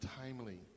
timely